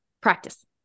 practice